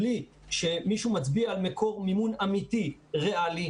בלי שמישהו מצביע על מקור מימון אמיתי ריאלי,